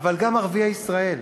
אבל גם ערביי ישראל,